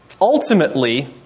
ultimately